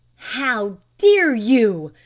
how dare you!